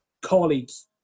colleagues